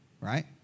Right